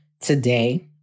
today